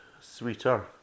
sweeter